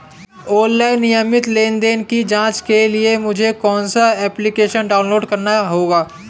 Online नियमित लेनदेन की जांच के लिए मुझे कौनसा एप्लिकेशन डाउनलोड करना होगा?